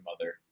mother